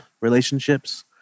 relationships